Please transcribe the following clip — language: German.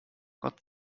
gott